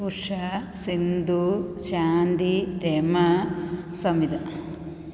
Usha Sindhu Shanti Rama Savitha